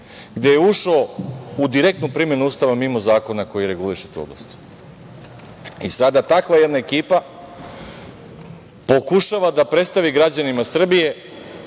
gde je ušao u direktnu primenu Ustavu mimo zakona koji reguliše tu oblast. Sada takva jedna ekipa pokušava da predstavi građanima Srbije